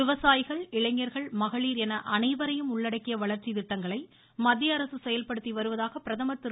விவசாயிகள் இளைஞர்கள் மகளிர் என அனைவரையும் உள்ளடக்கிய வளர்ச்சி திட்டங்களை மத்தியஅரசு செயல்படுத்தி வருவதாக பிரதமர் திரு